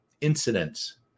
incidents